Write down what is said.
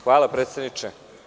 Hvala, predsedniče.